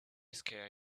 scare